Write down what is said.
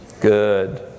good